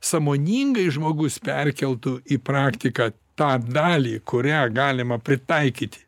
sąmoningai žmogus perkeltų į praktiką tą dalį kurią galima pritaikyti